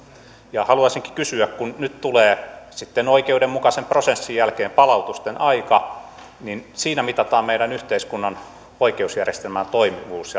ja haluaisinkin kysyä kun nyt tulee sitten oikeudenmukaisen prosessin jälkeen palautusten aika ja siinä mitataan meidän yhteiskunnan oikeusjärjestelmän toimivuus